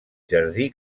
jardí